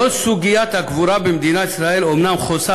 כל סוגיית הקבורה במדינת ישראל היא אומנם תחת